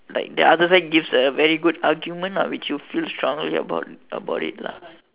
like the other side gives a very good argument lah that you feel strongly about about it lah